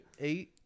Eight